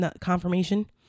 confirmation